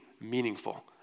meaningful